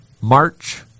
March